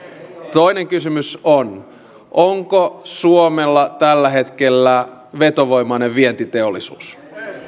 toinen kysymys on onko suomella tällä hetkellä vetovoimainen vientiteollisuus